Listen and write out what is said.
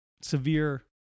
severe